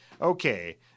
okay